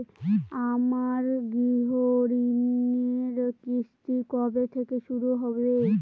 আমার গৃহঋণের কিস্তি কবে থেকে শুরু হবে?